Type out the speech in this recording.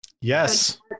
Yes